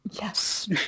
Yes